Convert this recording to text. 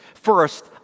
First